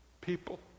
people